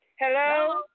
Hello